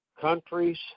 countries